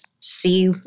see